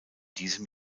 diesem